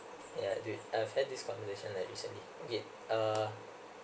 yeah dude I've had this conversation like recently okay uh